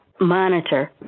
monitor